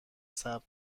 ثبت